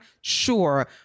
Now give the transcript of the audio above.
Sure